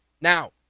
Now